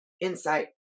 insight